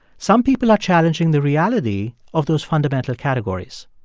some people are challenging the reality of those fundamental categories.